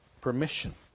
permission